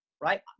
Right